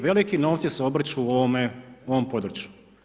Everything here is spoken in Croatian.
Veliki novci se obrću u ovome području.